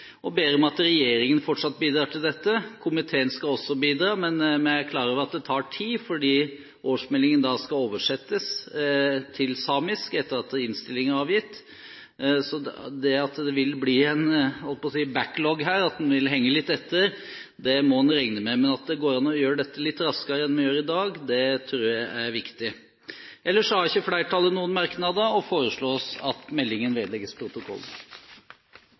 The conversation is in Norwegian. og ber om at regjeringen fortsatt bidrar til dette. Komiteen skal også bidra, men vi er klar over at det tar tid. Årsmeldingen skal oversettes til samisk etter at innstillingen er avgitt, så det at det vil bli – jeg holdt på å si – en «backlog» her, at man vil henge litt etter, må man regne med. Men at det går an å gjøre dette litt raskere enn vi gjør i dag, tror jeg er viktig. Ellers har ikke flertallet noen merknader, og det foreslås at meldingen vedlegges protokollen.